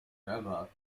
forever